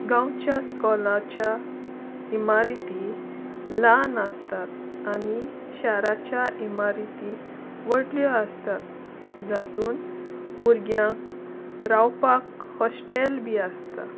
गांवच्या इस्कॉलाच्या इमारीती ल्हान आसतात आनी शाराच्या इमारीती व्हडल्यो आसतात जातून भुरग्यांक रावपाक हॉस्टेल बी आसता